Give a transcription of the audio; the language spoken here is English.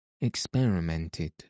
experimented